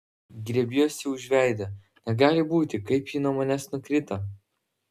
griebiuosi už veido negali būti kaip ji nuo manęs nukrito